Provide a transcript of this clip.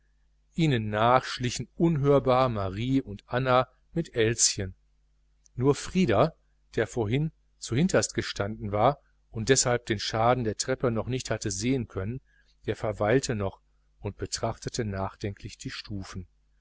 ihnen nach schlichen unhörbar marie und anna mit elschen nur frieder der vorhin zuhinterst gestanden war und deshalb den schaden an der treppe noch nicht hatte sehen können der verweilte noch und betrachtete nachdenklich die stufen